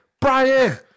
Brian